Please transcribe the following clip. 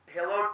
Hello